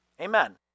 Amen